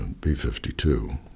B-52